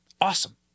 Awesome